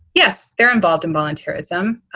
yes, they're involved in volunteerism.